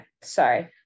sorry